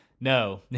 No